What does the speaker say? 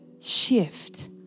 shift